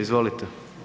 Izvolite.